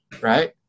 right